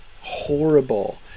horrible